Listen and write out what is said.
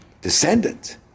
descendant